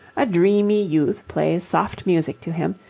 a dreamy youth plays soft music to him,